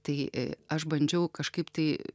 tai aš bandžiau kažkaip tai